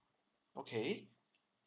okay